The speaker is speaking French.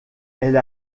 elle